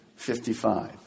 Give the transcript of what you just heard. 55